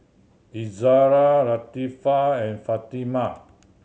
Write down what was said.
Izzara Latifa and Fatimah